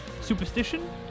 Superstition